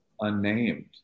unnamed